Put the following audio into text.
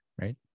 right